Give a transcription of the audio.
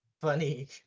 funny